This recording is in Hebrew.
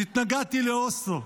"התנגדתי לאוסלו,